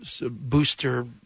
booster